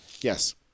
Yes